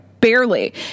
barely